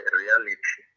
reality